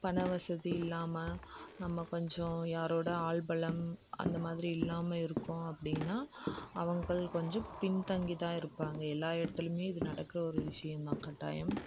பண வசதி இல்லாமல் நம்ம கொஞ்சம் யாரோட ஆள் பலம் அந்தமாதிரி இல்லாமல் இருக்கோம் அப்படின்னா அவுங்க கொஞ்சம் பின் தங்கி தான் இருப்பாங்க எல்லா இடத்துலையுமே இது நடக்கிற ஒரு விஷயம்தான் கட்டாயம்